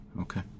Okay